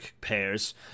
pairs